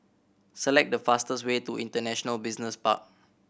select the fastest way to International Business Park